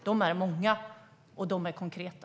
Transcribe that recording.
De är många, och de är konkreta.